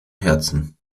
herzen